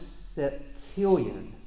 septillion